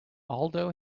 aldo